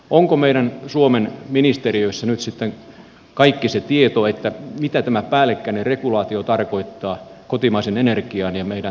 onko meidän suomen ministeriöissä nyt kaikki se tieto mitä tämä päällekkäinen regulaatio tarkoittaa kotimaisen energian ja meidän kilpailukyvyn kannalta